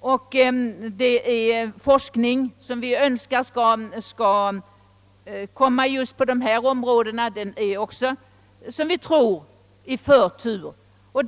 och åt den forskning, som vi önskar skall komma till stånd på detta område, har, som vi tror, getts förtur.